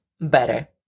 better